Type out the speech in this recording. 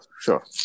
sure